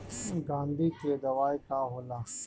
गंधी के दवाई का होला?